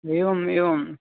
एवम् एवं